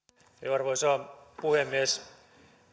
arvoisa puhemies